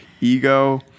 ego